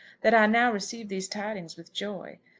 that i now receive these tidings with joy.